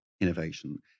innovation